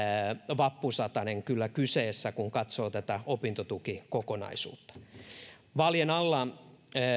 vappusatanen kyllä kyseessä kun katsoo tätä opintotukikokonaisuutta vaalien alla